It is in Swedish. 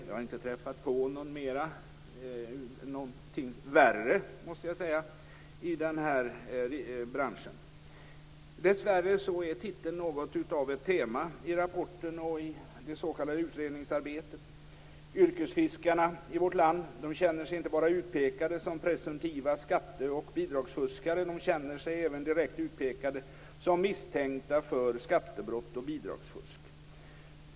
Jag har inte träffat på någonting värre, måste jag säga, i denna bransch. Dessvärre är titeln något av ett tema i rapporten och för det s.k. utredningsarbetet. Yrkesfiskarna i vårt land känner sig inte bara utpekade som presumtiva skatte och bidragsfuskare. De känner sig även direkt utpekade som misstänkta för skattebrott och bidragsfusk.